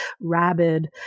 rabid